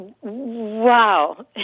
Wow